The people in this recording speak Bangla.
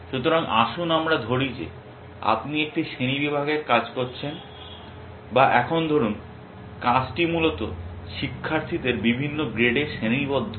সুতরাং আসুন আমরা ধরি যে আপনি একটি শ্রেণীবিভাগের কাজ করছেন বা এখন ধরুন কাজটি মূলত শিক্ষার্থীদের বিভিন্ন গ্রেডে শ্রেণীবদ্ধ করা